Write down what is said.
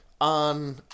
on